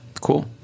Cool